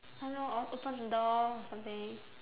don't know or open the door or something